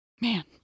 Man